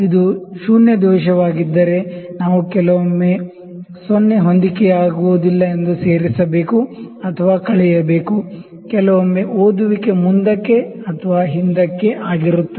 ಇದು ಶೂನ್ಯ ದೋಷವಾಗಿದ್ದರೆ ನಾವು ಕೆಲವೊಮ್ಮೆ 0 ಹೊಂದಿಕೆಯಾಗುವುದಿಲ್ಲ ಎಂದು ಸೇರಿಸಬೇಕು ಅಥವಾ ಕಳೆಯಬೇಕು ಕೆಲವೊಮ್ಮೆ ರೀಡಿಂಗ್ ಮುಂದಕ್ಕೆ ಅಥವಾ ಹಿಂದಕ್ಕೆಆಗಿರುತ್ತದೆ